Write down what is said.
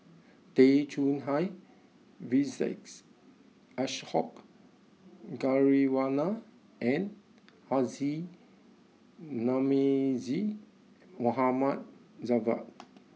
Tay Chong Hai Vijesh Ashok Ghariwala and Haji Namazie Mohd Javad